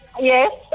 yes